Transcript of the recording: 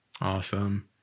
Awesome